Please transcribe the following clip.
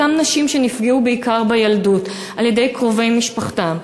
אותן נשים שנפגעו בעיקר בילדות מקרובי משפחתן,